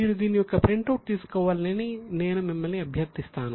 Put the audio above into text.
మీరు దీని యొక్క ప్రింటౌట్ తీసుకోవాలని నేను మిమ్మల్ని అభ్యర్థిస్తాను